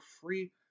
free